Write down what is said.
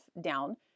down